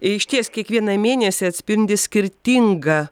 išties kiekvieną mėnesį atspindi skirtinga